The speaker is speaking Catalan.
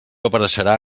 apareixerà